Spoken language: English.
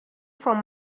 from